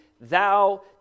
thou